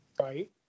Right